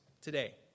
today